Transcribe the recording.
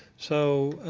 so,